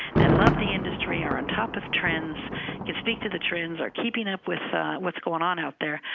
that loved the industry, are on top of trends to speak to the trends or keeping up with what's going on out there,